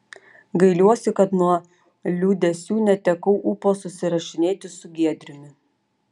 gailiuosi kad nuo liūdesių netekau ūpo susirašinėti su giedriumi